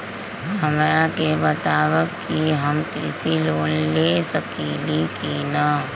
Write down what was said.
हमरा के बताव कि हम कृषि लोन ले सकेली की न?